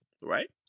right